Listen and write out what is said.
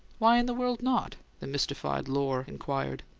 why in the world not? the mystified lohr inquired.